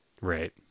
Right